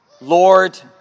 Lord